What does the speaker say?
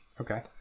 Okay